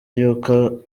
yuko